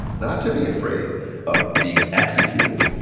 not to be afraid of being executed,